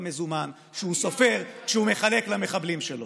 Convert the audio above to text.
המזומן שהוא סופר כשהוא מחלק למחבלים שלו.